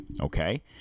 okay